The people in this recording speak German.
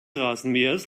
rasenmähers